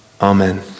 Amen